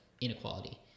inequality